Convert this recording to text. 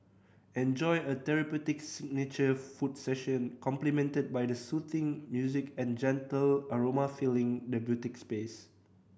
enjoy a therapeutic signature foot session complimented by the soothing music and gentle aroma filling the boutique space